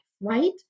right